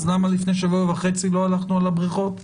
אז למה לפני שבוע וחצי לא הלכנו על הבריכות,